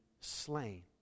slain